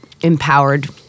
empowered